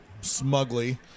smugly